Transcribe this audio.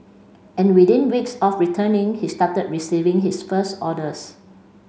and within weeks of returning he started receiving his first orders